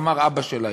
אמר אבא שלהם,